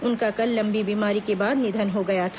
उनका कल लम्बी बीमारी के बाद निधन हो गया था